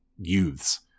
youths